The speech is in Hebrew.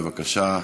בבקשה,